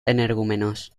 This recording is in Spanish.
energúmenos